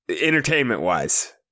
Entertainment-wise